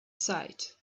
site